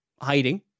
hiding